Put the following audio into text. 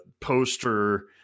poster